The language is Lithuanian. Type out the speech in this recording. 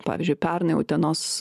pavyzdžiui pernai utenos